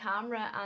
camera